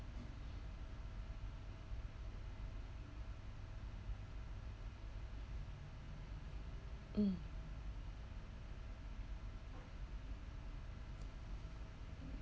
mm